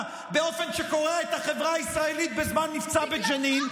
באופן שקורע את החברה הישראלית בזמן מבצע בג'נין.